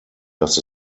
das